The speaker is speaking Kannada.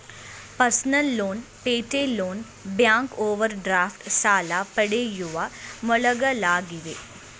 personal loan, payday loan, bank overdraft ಸಾಲ ಪಡೆಯುವ ಮೂಲಗಳಾಗಿವೆ